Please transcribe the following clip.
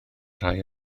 rai